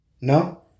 No